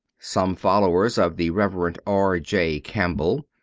some followers of the reverend r. j. campbell,